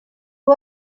duu